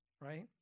right